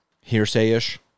hearsay-ish